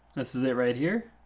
this is it right here.